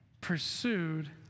pursued